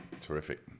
terrific